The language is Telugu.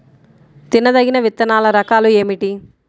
తినదగిన విత్తనాల రకాలు ఏమిటి?